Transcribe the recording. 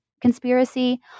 conspiracy